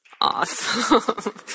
Awesome